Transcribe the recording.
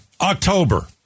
October